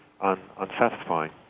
unsatisfying